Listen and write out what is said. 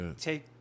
take